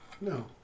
No